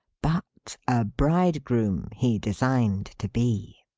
but, a bridegroom he designed to be.